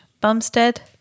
Bumstead